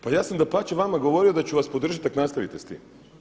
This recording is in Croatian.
Pa ja sam dapače vama govorio da ću vas podržati ak' nastavite s tim.